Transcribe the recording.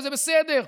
וזה בסדר.